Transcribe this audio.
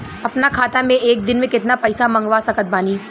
अपना खाता मे एक दिन मे केतना पईसा मँगवा सकत बानी?